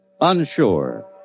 unsure